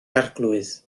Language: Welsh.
arglwydd